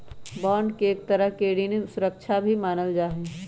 bond के एक तरह के ऋण सुरक्षा भी मानल जा हई